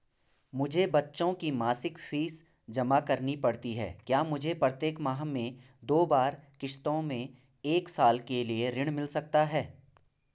मुझे बच्चों की मासिक फीस जमा करनी पड़ती है क्या मुझे प्रत्येक माह में दो बार किश्तों में एक साल के लिए ऋण मिल सकता है?